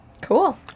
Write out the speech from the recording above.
Cool